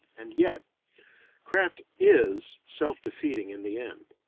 and yet craft is self-defeating in the end.